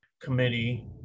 committee